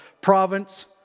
province